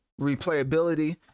replayability